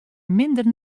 minder